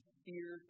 fear